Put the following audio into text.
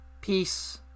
Peace